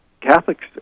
Catholics